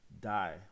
die